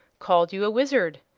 called you a wizard.